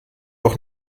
auch